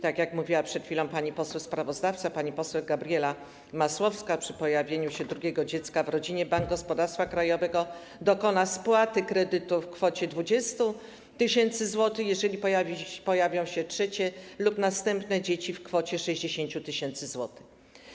Tak jak mówiła przed chwilą pani poseł sprawozdawca Gabriela Masłowska, przy pojawieniu się drugiego dziecka w rodzinie Bank Gospodarstwa Krajowego dokona spłaty kredytu w kwocie 20 tys. zł, a jeżeli pojawi się trzecie lub następne dziecko - w kwocie 60 tys. zł.